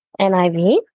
NIV